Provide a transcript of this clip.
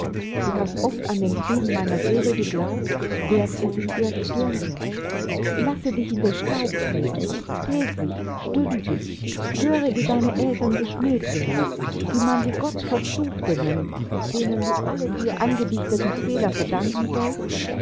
du hast oft an den frieden meiner seele geglaubt während es in ihr stürmte lasse dich in den staub treten täglich stündlich höre wie deine eltern geschmäht werden wie man sie gottverfluchte nennt denen du alle dir angedichteten fehler verdanken sollst